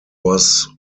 was